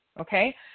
okay